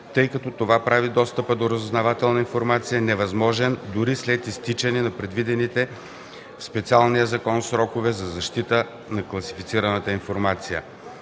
тъй като това прави достъпа до разузнавателна информация невъзможен дори след изтичане на предвидените в специалния закон срокове за защита на класифицираната информация.